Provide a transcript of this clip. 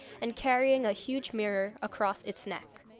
and carrying a huge mirror across its neck.